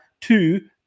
two